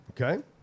Okay